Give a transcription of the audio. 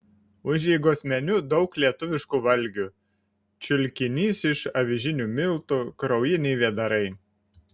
užeigos meniu daug lietuviškų valgių čiulkinys iš avižinių miltų kraujiniai vėdarai